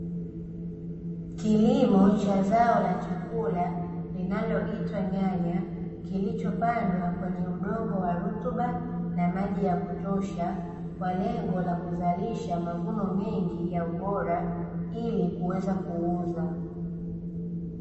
Kilimo cha zao la chakula linaloitwa nyanya, kilichopandwa kwenye udongo wa rutuba na maji ya kutosha, kwa lengo la kuzalisha mavuno mengi ya ubora ili kuweza kuuza.